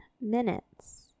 minutes